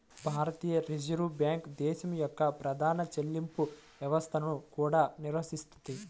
భారతీయ reserve bank దేశం యొక్క ప్రధాన చెల్లింపు వ్యవస్థలను కూడా నిర్వహిస్తుంది